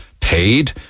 paid